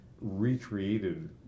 recreated